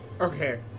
Okay